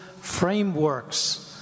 frameworks